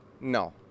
No